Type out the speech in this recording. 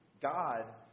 God